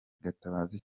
gatabazi